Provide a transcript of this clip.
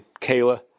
Kayla